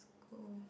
school